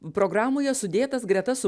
programoje sudėtas greta su